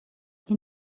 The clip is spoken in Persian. این